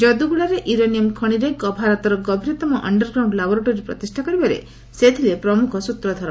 ଯଦୁଗୋଡ଼ାରେ uranium ଖଣିରେ ଭାରତର ଗଭୀରତମ ଅଣ୍ଡରଗ୍ରାଉଣ୍ଡ୍ ଲାବୋରେଟୋରୀ ପ୍ରତିଷ୍ଷା କରିବାରେ ସେ ଥିଲେ ପ୍ରମୁଖ ସ୍ତ୍ରଧର